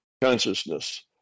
consciousness